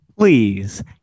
Please